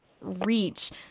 reach